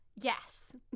Yes